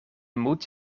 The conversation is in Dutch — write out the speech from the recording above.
moet